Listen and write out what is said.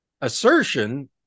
assertion